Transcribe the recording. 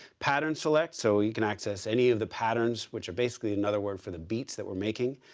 pattern select so you can access any of the patterns which are basically another word for the beats that we're making.